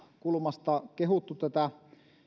kulmasta kehuttu tätä